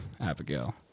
Abigail